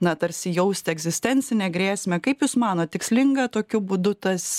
na tarsi jausti egzistencinę grėsmę kaip jūs manot tikslinga tokiu būdu tas